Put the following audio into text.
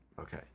Okay